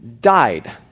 died